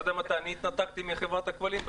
אתה יודע מתי התנתקתי מחברת הכבלים?